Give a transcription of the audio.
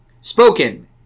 Spoken